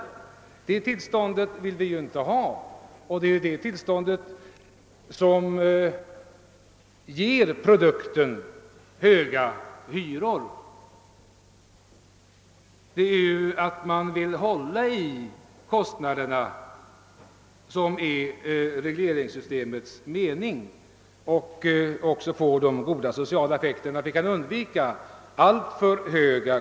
Vi vill ju inte ha en sådan situation eftersom det innebär höga hyror. Regleringssystemets mening är ju att kostnaderna skall hållas under kontroll och inte bli alltför höga med hänsyn till den sociala effekten.